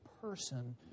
person